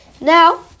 Now